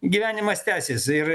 gyvenimas tęsis ir